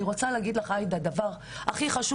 אני רוצה להגיד לך עאידה את הדבר הכי חשוב